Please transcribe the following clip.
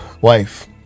wife